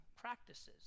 practices